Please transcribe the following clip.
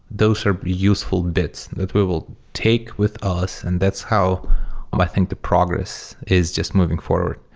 those are useful bits that we will take with us, and that's how um i think the progress is just moving forward.